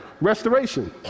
Restoration